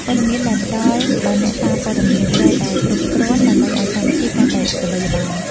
ព័ត៌មានដែលផ្ដល់ដល់អ្នកសារព័ត៌មានត្រូវតែគ្រប់គ្រាន់ដើម្បីឱ្យកម្មវិធីកាន់តែល្បីល្បាញ។